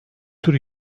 tür